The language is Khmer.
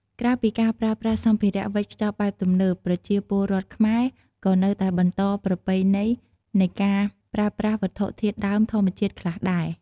ក្រៅពីការប្រើប្រាស់សម្ភារៈវេចខ្ចប់បែបទំនើប ប្រជាពលរដ្ឋខ្មែរក៏នៅតែបន្តប្រពៃណីនៃការប្រើប្រាស់វត្ថុធាតុដើមធម្មជាតិខ្លះដែរ។